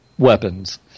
weapons